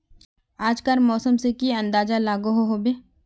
आज कार मौसम से की अंदाज लागोहो होबे?